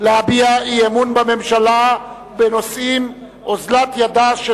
להביע אי-אמון בממשלה בנושא: אוזלת ידה של